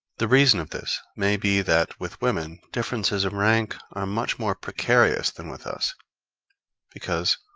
the reason of this may be that, with women, differences of rank are much more precarious than with us because,